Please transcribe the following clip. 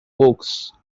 books